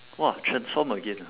!wah! transform again ah